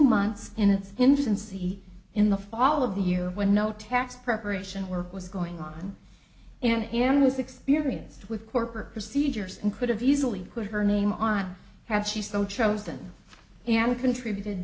months in its infancy in the fall of the year when no tax preparation work was going on and am was experienced with corporate procedures and could have easily put her name on have she so chosen and contributed